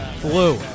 Blue